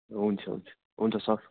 हुन्छ हुन्छ हुन्छ सर